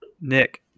Nick